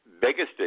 biggest